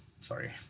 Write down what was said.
sorry